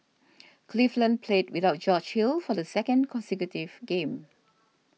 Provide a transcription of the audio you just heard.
cleveland played without George Hill for the second consecutive game